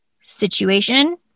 situation